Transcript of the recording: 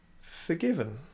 forgiven